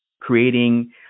creating